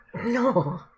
No